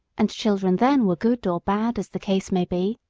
and children then were good or bad, as the case might be,